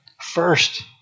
First